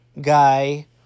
guy